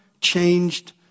changed